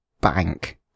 bank